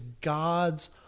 God's